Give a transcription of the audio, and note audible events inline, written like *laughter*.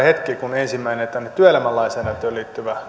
*unintelligible* hetki kun ensimmäinen työelämälainsäädäntöön liittyvä *unintelligible*